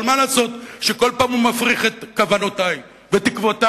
אבל מה לעשות שכל פעם הוא מפריך את כוונותי ותקוותי.